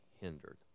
hindered